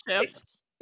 chips